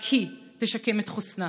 רק היא תשקם את חוסנה.